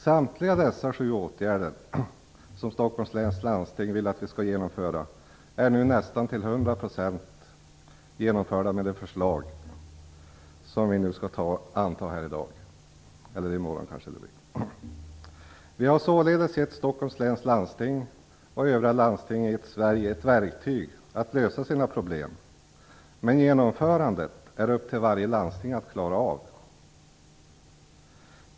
Samtliga dessa sju åtgärder som Stockholms läns landsting vill att vi skall genomföra är till nästan hundra procent genomförda med det förslag som vi nu skall anta här i dag eller i morgon. Vi har således gett Stockholms läns landsting och övriga landsting i Sverige ett verktyg att lösa sina problem, men genomförandet är upp till varje landsting att klara av.